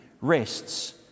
rests